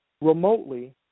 remotely